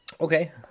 Okay